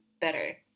better